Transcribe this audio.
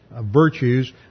virtues